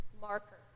marker